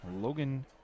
Logan